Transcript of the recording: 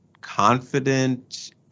confident